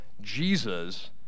Jesus